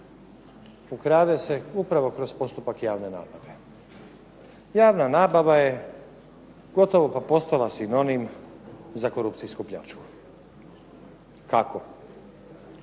ukrade se upravo kroz postupak javne nabave. Javna nabava je gotovo pa postala sinonim za korupcijsku pljačku. Kako?